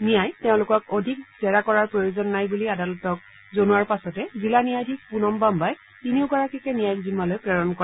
নিয়াই তেওঁলোকক অধিক জেৰা কৰাৰ প্ৰয়োজন নাই বুলি আদালতক জনোৱাপ পাছতে জিলা ন্যায়াধীশ পুনম বাঘাই তিনিওগৰাকীকে ন্যায়িক জিম্মালৈ প্ৰেৰণ কৰে